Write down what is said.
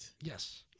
Yes